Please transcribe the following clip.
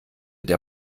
der